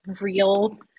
Real